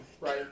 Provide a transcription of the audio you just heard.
right